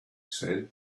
said